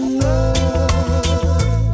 love